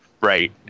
right